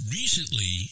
recently